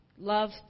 love